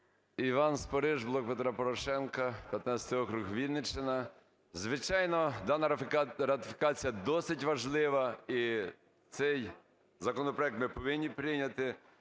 Іван Спориш, "Блок Петра Порошенка", 15 округ, Вінниччина. Звичайно, дана ратифікація досить важлива, і цей законопроект ми повинні прийняти.